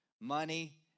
money